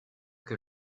que